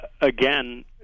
again